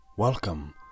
Welcome